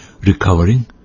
Recovering